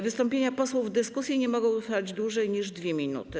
Wystąpienia posłów w dyskusji nie mogą trwać dłużej niż 2 minuty.